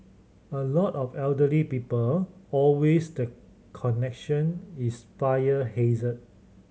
a lot of elderly people always the connection is fire hazard